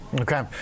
Okay